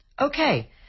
Okay